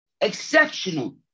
exceptional